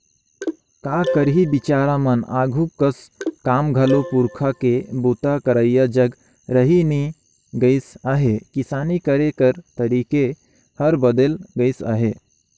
का करही बिचारा मन आघु कस काम घलो पूरखा के बूता करइया जग रहि नी गइस अहे, किसानी करे कर तरीके हर बदेल गइस अहे